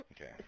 Okay